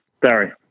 Barry